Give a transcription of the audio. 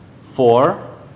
Four